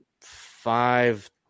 five